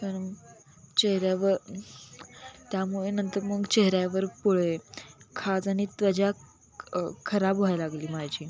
कारण चेहऱ्यावर त्यामुळे नंतर मग चेहऱ्यावर पुळे खाज आणि त्वचा खराब व्हायला लागली माझी